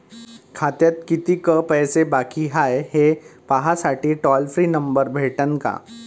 खात्यात कितीकं पैसे बाकी हाय, हे पाहासाठी टोल फ्री नंबर भेटन का?